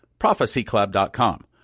prophecyclub.com